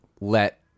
let